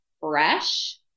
fresh